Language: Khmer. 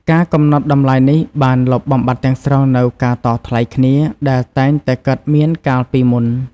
ការកំណត់តម្លៃនេះបានលុបបំបាត់ទាំងស្រុងនូវការតថ្លៃគ្នាដែលតែងតែកើតមានកាលពីមុន។